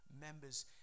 members